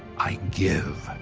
i give,